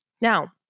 Now